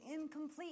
incomplete